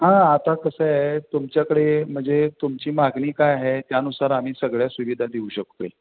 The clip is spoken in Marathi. हां आता कसं आहे तुमच्याकडे म्हणजे तुमची मागणी काय आहे त्यानुसार आम्ही सगळ्या सुविधा देऊ शकतो आहे